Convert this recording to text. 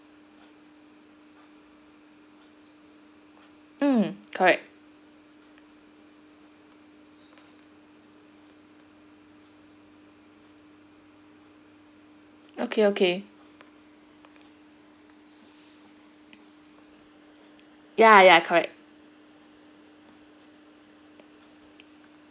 hmm correct okay okay ya ya correct